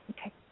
Okay